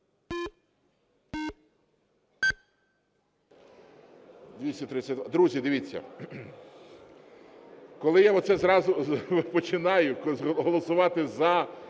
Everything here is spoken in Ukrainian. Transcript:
Друзі, дивіться, коли я зразу починаю голосувати